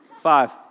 five